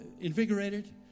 invigorated